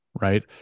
right